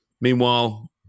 Meanwhile